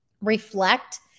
reflect